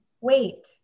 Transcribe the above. wait